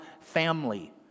family